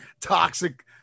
toxic